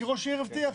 כי ראש העיר הבטיח.